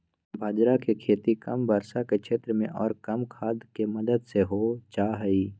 बाजरा के खेती कम वर्षा के क्षेत्र में और कम खाद के मदद से हो जाहई